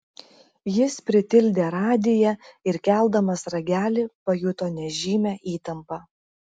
jis pritildė radiją ir keldamas ragelį pajuto nežymią įtampą